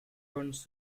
runs